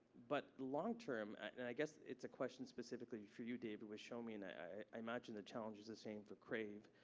but long term, and i guess it's a question specifically for you, david, with shomi. and i imagine the challenge is the same for crave.